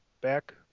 back